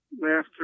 laughter